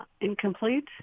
incomplete